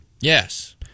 Yes